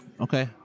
Okay